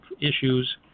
issues